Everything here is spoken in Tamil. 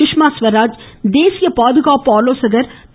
சுஷ்மா ஸ்வராஜ் தேசிய பாதுகாப்பு ஆலோசகர் திரு